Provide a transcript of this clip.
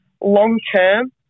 long-term